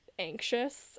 anxious